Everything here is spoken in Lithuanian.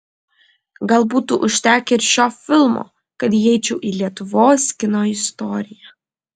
gal būtų užtekę ir šio filmo kad įeičiau į lietuvos kino istoriją